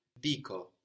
dico